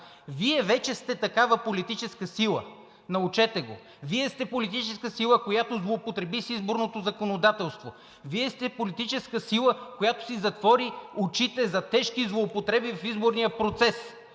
ДБ) вече сте такава политическа сила. Научете го! Вие сте политическа сила, която злоупотреби с изборното законодателство. Вие сте политическа сила, която си затвори очите за тежки злоупотреби в изборния процес.